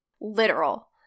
literal